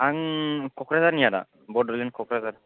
आं क'क्राझारनि आदा बड'लेण्ड क'क्राझार औ